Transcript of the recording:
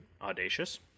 audacious